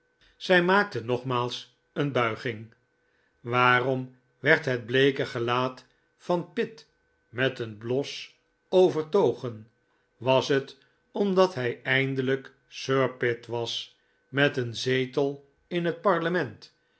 zij maakte nogmaals een buiging waarom werd het bleeke gelaat van pitt met een bios overtogen was het omdat hij eindelijk sir pitt was met een zetel in het parlement